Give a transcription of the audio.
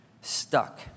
stuck